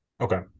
Okay